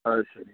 அது சரி